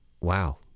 Wow